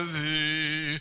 thee